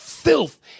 filth